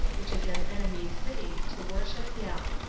which is an enemy's city, to worship him.